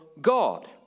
God